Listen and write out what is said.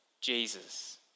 Jesus